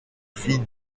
fille